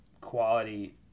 quality